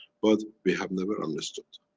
but we have never understood.